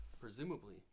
presumably